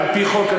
על-פי חוק,